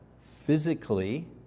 physically